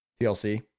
TLC